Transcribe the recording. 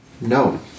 No